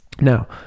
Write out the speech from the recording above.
Now